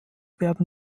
werden